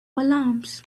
alarms